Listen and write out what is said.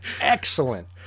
excellent